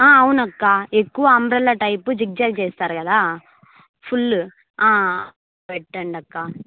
అవునక్క ఎక్కువ umbrella type zigzag చేస్తారు కదా ఫుల్ పెట్టండి అక్క